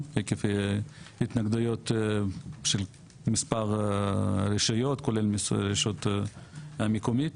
עקב התנגדויות של מספר רשויות כולל הרשות המקומית,